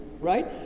right